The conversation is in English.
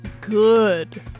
good